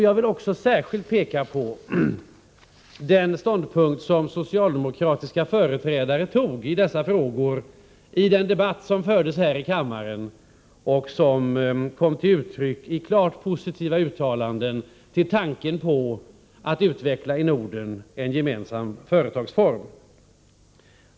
Jag vill också särskilt peka på den ståndpunkt som socialdemokratiska företrädare intog i dessa frågor i den debatt som fördes här i kammaren; den kom till uttryck i klart positiva uttalanden om tanken på att utveckla en gemensam företagsmarknad i Norden.